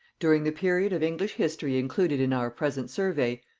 during the period of english history included in our present survey,